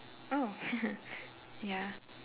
mm ya